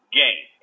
game